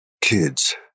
kids